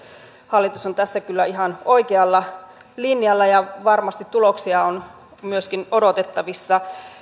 hallitus on tässä kyllä ihan oikealla linjalla ja varmasti myöskin tuloksia on odotettavissa